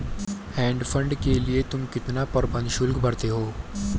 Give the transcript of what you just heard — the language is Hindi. हेज फंड के लिए तुम कितना प्रबंधन शुल्क भरते हो?